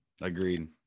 Agreed